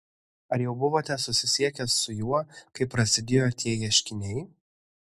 ar jau buvote susisiekęs su juo kai prasidėjo tie ieškiniai